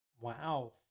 Wow